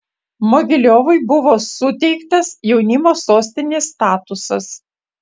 mogiliovui buvo suteiktas jaunimo sostinės statusas